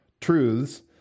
truths